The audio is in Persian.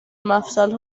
مفصل